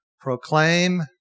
Proclaim